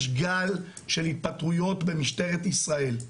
יש גל של התפטרויות במשטרת ישראל.